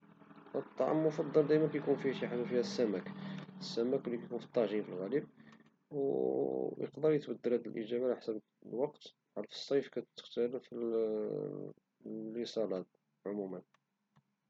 الطعام المفضل دايما كيكون فيه شي حاجة ديال السمك - السمك لي كيكون في الطاجين في الغالب ويقدر يتبدل هاد الجواب على حساب الوقت فحال الصيف كتختلف لي سالاد عموما.